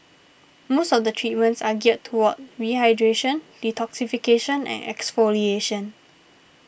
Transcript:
most of the treatments are geared toward hydration detoxification and exfoliation